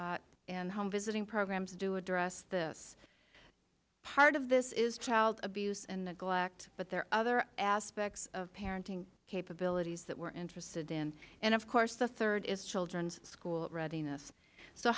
and home visiting programs do address this part of this is child abuse and neglect but there are other aspects of parenting capabilities that we're interested in and of course the third is children's school readiness so